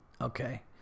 Okay